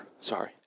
sorry